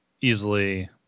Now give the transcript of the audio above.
easily